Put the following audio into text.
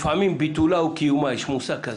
לפעמים ביטולה או קיומה יש מושג כזה.